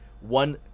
One